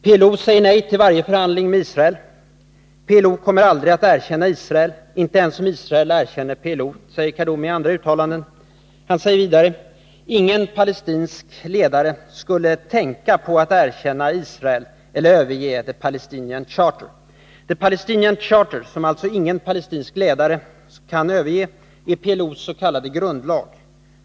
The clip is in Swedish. ”PLO säger nej till varje förhandling med Israel.” ”PLO kommer aldrig att erkänna Israel — inte ens om Israel erkänner PLO”, sade Kaddoumi i ett annat uttalande. Han har vidare sagt: ”Ingen palestinsk ledare skulle tänka på att erkänna Israel eller överge the Palestinian Charter”. The Palestinian Charter — som alltså ingen palestinsk ledare kan överge — är PLO:s s.k. grundlag.